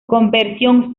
conversión